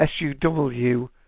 suw